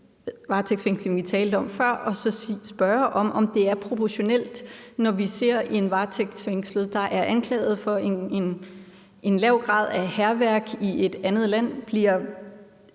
varetægtsfængsling, vi talte om før, og så spørge, om det er proportionelt, når vi ser en varetægtsfængslet, der er anklaget for en lav grad af hærværk i et andet land, blive